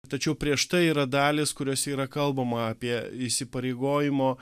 tačiau prieš tai yra dalys kuriose yra kalbama apie įsipareigojimo